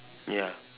ya